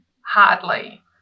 hardly